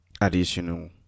additional